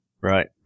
Right